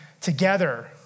together